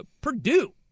Purdue